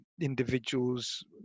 individuals